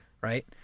Right